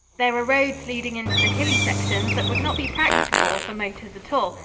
there are roads leading into the hilly sections that would not be practicable for motors at all,